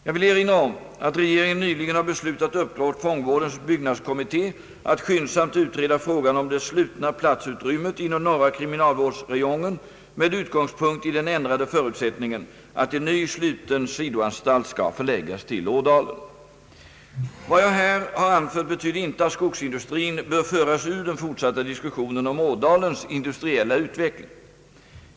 Jag vill erinra om att regeringen nyligen har beslutat uppdra åt fångvårdens byggnadskommitté att skyndsamt utreda frågan om det slutna platsutrymmet inom norra kriminalvårdsräjongen med utgångspunkt i den ändrade förutsättningen att en ny sluten sidoanstalt skall förläggas till Ådalen. Vad jag här har anfört betyder inte att skogsindustrin bör föras ur den fortsatta diskussionen om Ådalens industriella utveckling.